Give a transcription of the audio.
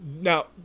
Now